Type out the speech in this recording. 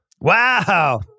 Wow